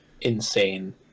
insane